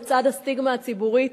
לצד הסטיגמה הציבורית,